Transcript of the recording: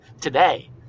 today